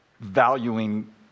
valuing